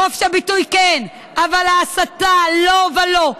חופש הביטוי, כן, אבל ההסתה, לא ולא.